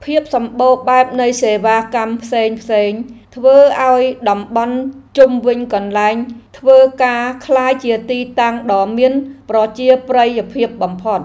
ភាពសម្បូរបែបនៃសេវាកម្មផ្សេងៗ ធ្វើឱ្យតំបន់ជុំវិញកន្លែងធ្វើការក្លាយជាទីតាំងដ៏មានប្រជាប្រិយភាពបំផុត។